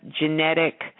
genetic